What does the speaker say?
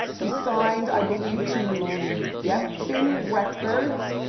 he's signed, i believe to geffen records.